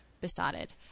besotted